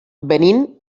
venim